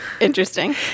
interesting